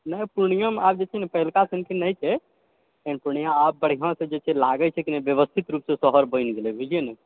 नहि पूर्णियोमऽ आब जे छै न पहिलका सनकऽ नहि छै लेकिन पूर्णिया आब बढ़िआँसँ जे छै लागै छै नऽ व्यवस्थित रूपसँ शहर बनि गेलै बुझलियै न